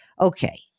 Okay